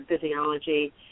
physiology